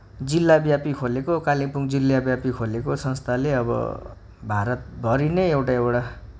जिल्लाव्यापी खोलेको कालिम्पोङ जिल्लाव्यापी खोलेको संस्थाले भारतभरी नै एउटा एउटा